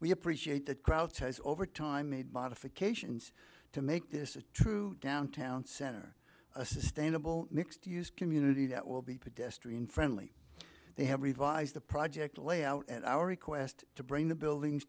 we appreciate that crowd has over time made modifications to make this a true downtown center a sustainable mixed use community that will be pedestrian friendly they have revised the project layout at our request to bring the buildings